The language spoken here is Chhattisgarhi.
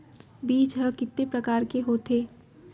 बीज ह कितने प्रकार के होथे?